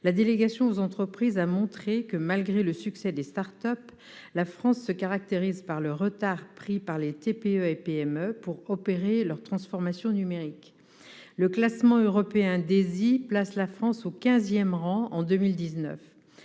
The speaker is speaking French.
la délégation aux entreprises du Sénat a montré que, malgré le succès de ses start-up, la France se caractérise par le retard pris par les TPE et PME pour opérer leur transformation numérique : le classement européen DESI place la France au quinzième rang en 2019.